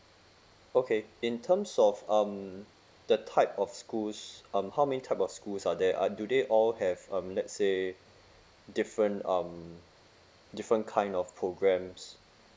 okay in terms of um the type of schools um how many type of schools are they uh do they all have um let say different um different kind of programs